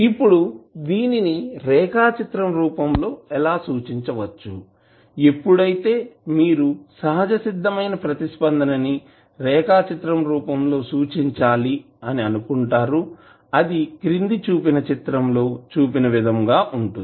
ఇప్పుడు దీనిని రేఖా చిత్రం రూపం లో ఎలా సూచించవచ్చు ఎప్పుడైతే మీరు సహజసిద్ధమైన ప్రతిస్పందన ని రేఖా చిత్రం రూపంలో సూచించాలి అనుకుంటారో అది క్రింద చూపిన చిత్రం లో చూపిన విధంగా ఉంటుంది